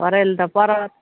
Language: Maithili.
करैलए तऽ पड़त